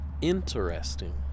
Interesting